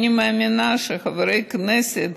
אני מאמינה שחברי הכנסת